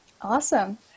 awesome